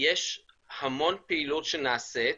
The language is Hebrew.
יש המון פעילות שנעשית,